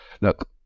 look